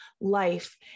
life